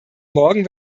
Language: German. morgen